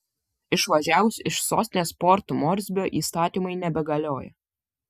išvažiavus iš sostinės port morsbio įstatymai nebegalioja